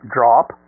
Drop